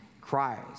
Christ